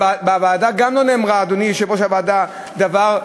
בוועדה גם לא נאמר, אדוני, יושב-ראש הוועדה, דבר,